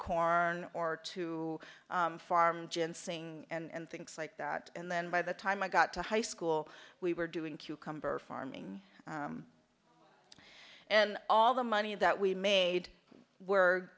corn or to farm gin singh and things like that and then by the time i got to high school we were doing cucumber farming and all the money that we made were